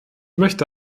möchte